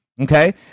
okay